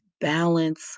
balance